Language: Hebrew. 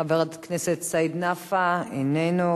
חבר הכנסת סעיד נפאע, איננו.